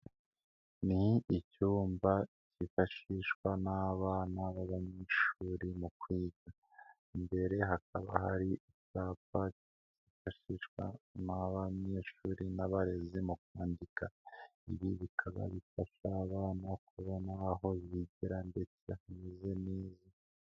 Ni icyumba cyifashishwa n'abana b'abanyeshuri mu kwiga. Imbere hakaba hari ibyapa byifashishwa n'abanyeshuri n'abarezi mu kwandika. Ibi bikaba bifasha abana kubona aho bigira ndetse hameze neza.